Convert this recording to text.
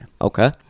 okay